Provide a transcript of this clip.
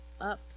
up